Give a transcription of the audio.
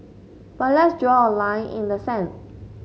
but let's draw a line in the sand